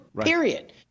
period